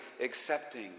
accepting